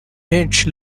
henshi